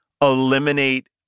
eliminate